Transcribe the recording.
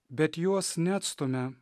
bet juos neatstumia